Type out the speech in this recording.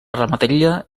ramaderia